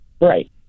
Right